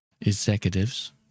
executives